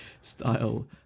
style